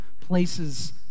places